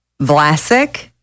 vlasic